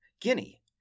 Guinea